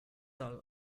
all